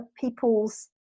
people's